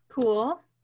cool